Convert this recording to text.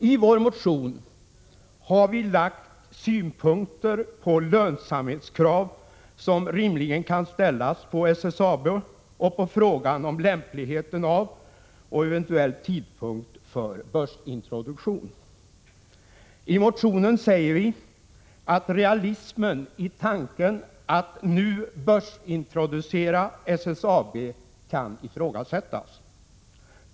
I vår motion har vi framfört synpunkter på de lönsamhetskrav som rimligen kan ställas på SSAB och på frågan om lämpligheten av och tidpunkt för den eventuella börsintroduktionen. I motionen säger vi att realismen i tanken att nu börsintroducera SSAB kan ifrågasättas.